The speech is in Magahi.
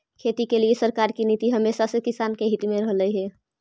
खेती के लिए सरकार की नीति हमेशा से किसान के हित में रहलई हे